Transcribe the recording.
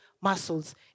muscles